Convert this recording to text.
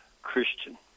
Christian